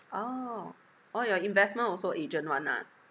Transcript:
orh orh your investment also agent [one] ah